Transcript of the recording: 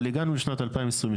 אבל הגענו לשנת 2023,